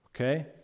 Okay